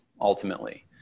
ultimately